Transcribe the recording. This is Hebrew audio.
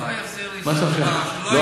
שלא יחזיר לי שום דבר.